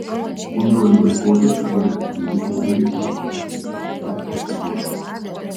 ūmiuoju laikotarpiu gelbsti gydytojai medicinos seserys vaistai procedūros